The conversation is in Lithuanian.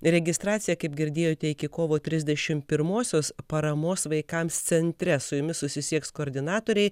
registracija kaip girdėjote iki kovo trisdešimt pirmosios paramos vaikams centre su jumis susisieks koordinatoriai